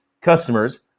customers